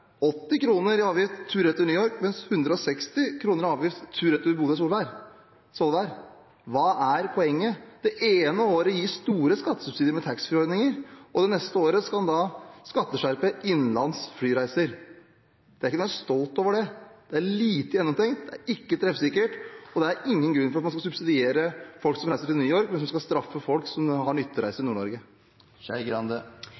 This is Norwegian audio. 80 kr i avgift tur-retur New York, men 160 kr i avgift tur-retur Bodø–Svolvær. Hva er poenget? Det ene året gis store skattesubsidier med taxfree-ordninger, og det neste året skal man skatteskjerpe innenlands flyreiser. Det er ikke noe å være stolt over. Det er lite gjennomtenkt, og det er ikke treffsikkert. Det er ingen grunn til at man skal subsidiere folk som reiser til New York, men straffe folk som har nyttereise i